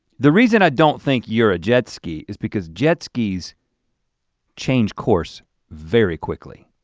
the reason i don't think you're a jet ski is because jet skis change course very quickly.